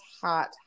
hot